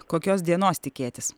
kokios dienos tikėtis